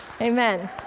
Amen